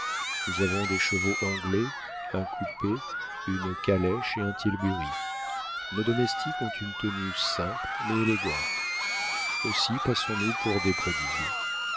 nous avons des chevaux anglais un coupé une calèche et un tilbury nos domestiques ont une tenue simple mais élégante aussi passons-nous pour des prodigues